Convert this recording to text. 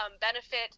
benefit